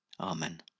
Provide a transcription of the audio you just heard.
Amen